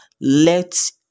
Let